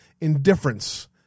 indifference